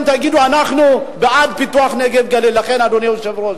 בדורנו, אדוני היושב-ראש,